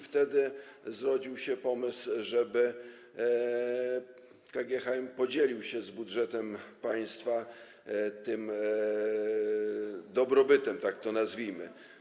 Wtedy zrodził się pomysł, żeby KGHM podzielił się z budżetem państwa tym dobrobytem, tak to nazwijmy.